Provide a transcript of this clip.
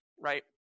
right